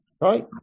Right